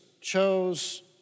chose